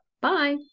Bye